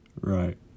Right